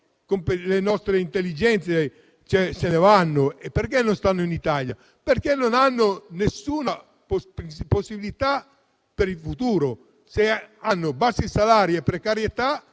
Le nostre intelligenze se ne vanno. Perché non restano in Italia? Perché non hanno nessuna possibilità per il futuro. Se hanno bassi salari e precarietà,